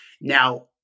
Now